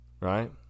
right